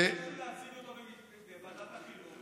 למה אי-אפשר להציג אותו בוועדת החינוך?